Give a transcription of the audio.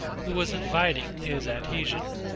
who was inviting his adhesion.